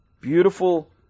Beautiful